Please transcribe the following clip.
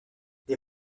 des